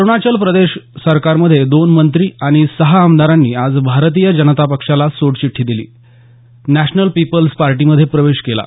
अरुणाचल प्रदेश सरकारमध्ये दोन मंत्री आणि सहा आमदारांनी आज भारतीय जनता पक्षाला सोडचिठ्ठी देऊन नॅशनल पीपल्स पार्टीमध्ये प्रवेश केला